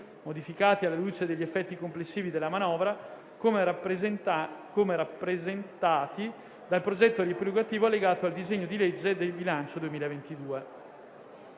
modificati alla luce degli effetti complessivi della manovra, come rappresentati dal prospetto riepilogativo allegato al disegno di legge di bilancio 2022.